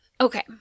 Okay